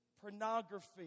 pornography